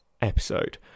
episode